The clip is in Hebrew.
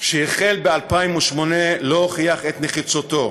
שהחל ב-2008 לא הוכיח את נחיצותו.